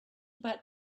about